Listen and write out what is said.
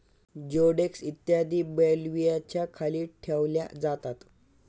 जिओडेक्स इत्यादी बेल्व्हियाच्या खाली ठेवल्या जातात